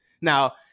Now